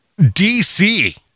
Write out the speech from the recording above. DC